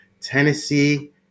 Tennessee